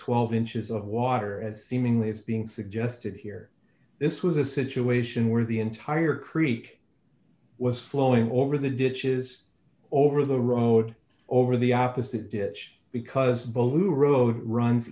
twelve inches of water as seemingly is being suggested here this was a situation where the entire creek was flowing over the ditches over the road over the opposite because bolu road runs